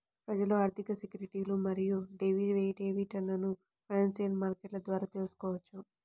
ప్రజలు ఆర్థిక సెక్యూరిటీలు మరియు డెరివేటివ్లను ఫైనాన్షియల్ మార్కెట్ల ద్వారా తెల్సుకోవచ్చు